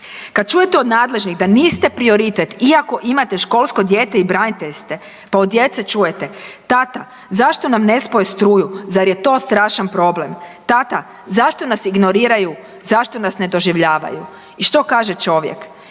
Kad čujete od nadležnih da niste prioritet iako imate školsko dijete i branitelj ste, pa od djece čujete „tata zašto nam ne spoje struju? Zar je to strašan problem? Tata zašto nas ignoriraju? Zašto nas ne doživljavaju?“ I što kaže čovjek?